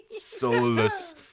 soulless